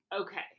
Okay